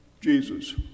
Jesus